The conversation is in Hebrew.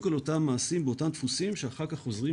על אותם מעשים באותם דפוסים שאחר כך חוזרים